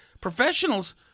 professionals